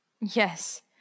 Yes